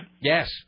yes